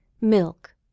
milk